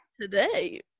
today